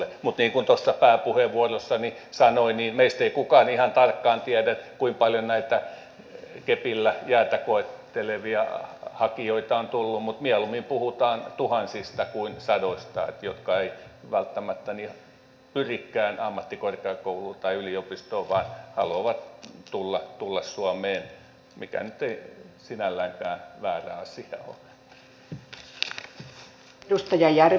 mutta niin kuin tuossa pääpuheenvuorossani sanoin niin meistä ei kukaan ihan tarkkaan tiedä kuinka paljon näitä kepillä jäätä koettelevia hakijoita on tullut mutta mieluummin puhutaan tuhansista kuin sadoista jotka eivät välttämättä pyrikään ammattikorkeakouluun tai yliopistoon vaan haluavat tulla suomeen mikä nyt ei sinälläänkään väärä asia ole